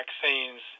vaccines